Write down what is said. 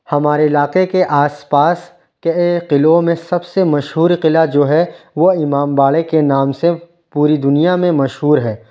ہمارے علاقے کے آس پاس کے قلعوں میں سب سے مشہور قلعہ جو ہے وہ امام باڑے کے نام سے پوری دنیا میں مشہور ہے